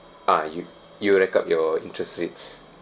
ah you you'll rack up your interest rates